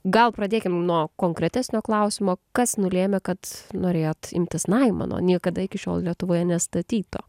gal pradėkim nuo konkretesnio klausimo kas nulėmė kad norėjot imtis naimano niekada iki šiol lietuvoje nestatyto